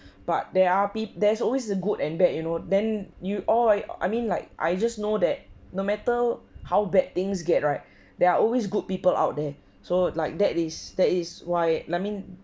but there are pe~ there's always the good and bad you know then you all like I mean like I just know that no matter how bad things get right there are always good people out there so like that is that is why I mean